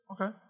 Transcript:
Okay